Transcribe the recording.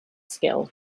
skill